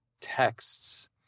texts